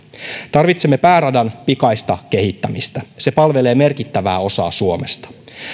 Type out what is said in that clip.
tarvitsemme pääradan pikaista kehittämistä se palvelee merkittävää osaa suomesta